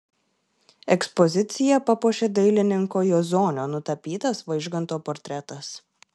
ekspoziciją papuošė dailininko juozonio nutapytas vaižganto portretas